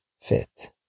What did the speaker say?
fit